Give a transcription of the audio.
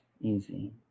easy